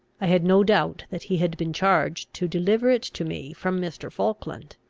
i had no doubt that he had been charged to deliver it to me from mr. falkland.